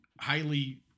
highly